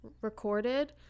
recorded